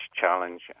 challenge